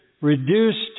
reduced